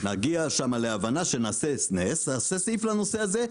נעשה סעיף לנושא הזה,